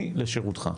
אני לשירותך.